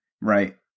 right